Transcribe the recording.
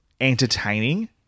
entertaining